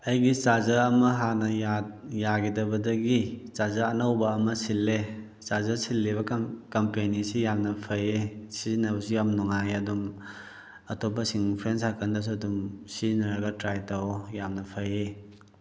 ꯑꯩꯒꯤ ꯆꯥꯖꯔ ꯑꯃ ꯍꯥꯟꯅ ꯌꯥꯈꯤꯗꯕꯗꯒꯤ ꯆꯥꯖꯔ ꯑꯅꯧꯕ ꯑꯃ ꯁꯤꯜꯂꯦ ꯆꯥꯖꯔ ꯁꯤꯜꯂꯤꯕ ꯀꯝꯄꯦꯅꯤꯁꯤ ꯌꯥꯝꯅ ꯐꯩꯌꯦ ꯁꯤꯖꯤꯟꯅꯕꯁꯨ ꯌꯥꯝ ꯅꯨꯡꯉꯥꯏꯌꯦ ꯑꯗꯨꯝ ꯑꯇꯣꯞꯄꯁꯤꯡ ꯐ꯭ꯔꯦꯟ ꯁꯥꯔꯀꯜꯗꯁꯨ ꯑꯗꯨꯝ ꯁꯤꯖꯤꯟꯅꯔꯒ ꯇ꯭ꯔꯥꯏ ꯇꯧꯑꯣ ꯌꯥꯝꯅ ꯐꯩꯌꯦ